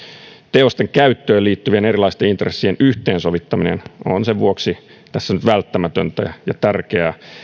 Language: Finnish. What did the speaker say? teosten käyttöön liittyvien erilaisten intressien yhteensovittaminen on sen vuoksi tässä nyt välttämätöntä ja tärkeää